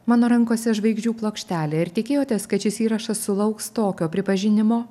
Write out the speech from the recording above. mano rankose žvaigždžių plokštelė ar tikėjotės kad šis įrašas sulauks tokio pripažinimo